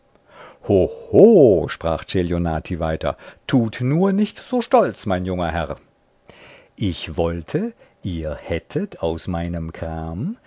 sprach celionati weiter tut nur nicht so stolz mein junger herr ich wollte ihr hättet aus meinem kram